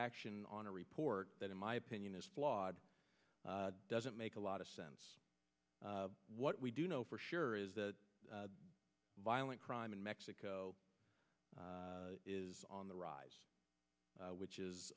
action on a report that in my opinion is flawed doesn't make a lot of sense what we do know for sure is that violent crime in mexico is on the rise which is